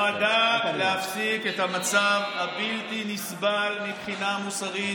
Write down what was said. הצעה זו נועדה להפסיק את המצב הבלתי-נסבל מבחינה מוסרית,